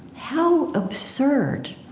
how absurd